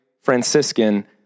Franciscan